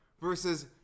versus